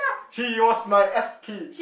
she was my s_p